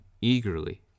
Eagerly